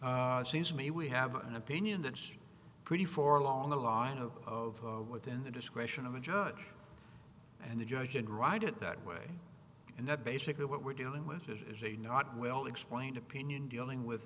taking me we have an opinion that's pretty far along the line of of within the discretion of a judge and a judge and ride it that way and that basically what we're dealing with is a not well explained opinion dealing with